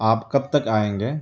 آپ کب تک آئیں گے